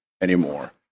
anymore